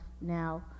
now